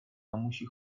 mamusi